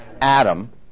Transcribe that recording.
Adam